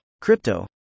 crypto